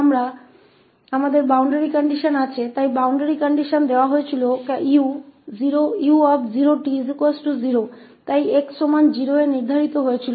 और अब हमारे बाउंड्री कंडीशंस की स्थिति है इसलिए सीमा की स्थिति 𝑢0𝑡 0 के रूप में दी गई थी इसलिए 𝑥 बराबर 0 पर यह निर्धारित किया गया था